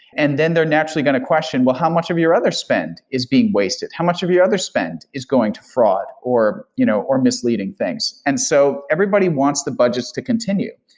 and then they're naturally going to question, well, how much of your other spent is being wasted? how much of your other spent is going to fraud or you know or misleading things? and so everybody wants the budgets to continue.